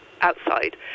outside